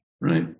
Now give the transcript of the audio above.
right